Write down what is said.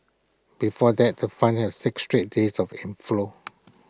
before that the fund had six straight days of inflows